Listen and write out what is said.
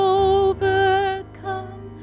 overcome